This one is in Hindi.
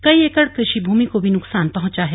कई एकड़ कृषि भूमि को भी नुकसान पहुंचा है